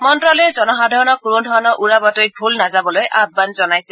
মন্ত্যালয়ে জনসাধাৰণক কোনো ধৰণৰ উৰা বাতৰিত ভোল নাযাবলৈ আহ্বান জনাইছে